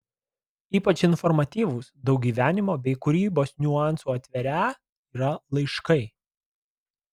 ypač informatyvūs daug gyvenimo bei kūrybos niuansų atverią yra laiškai